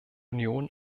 union